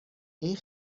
این